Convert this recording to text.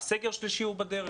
סגר שלישי הוא בדרך.